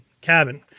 cabin